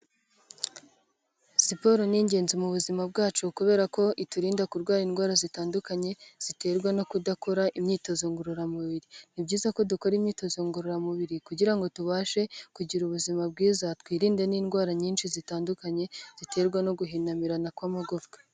Siporo ni ingenzi mu buzima bwacu kubera ko iturinda kurwara indwara zitandukanye ziterwa no kudakora imyitozo ngororamubiri. Ni byiza ko dukora imyitozo ngororamubiri kugira ngo tubashe kugira ubuzima bwiza twirinde n'indwara nyinshi zitandukanye ziterwa no guhinamirana kw'amagufwa.